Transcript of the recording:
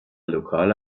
lokale